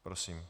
Prosím.